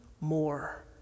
more